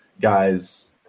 guys